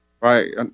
right